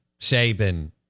Saban